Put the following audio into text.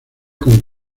con